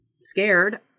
scared